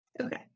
okay